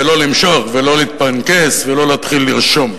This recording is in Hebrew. ולא למשוך ולא להתפנקס ולא להתחיל לרשום.